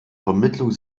vermittlung